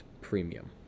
premium